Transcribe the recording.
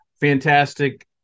fantastic